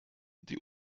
die